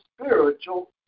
spiritual